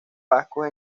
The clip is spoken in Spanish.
vascos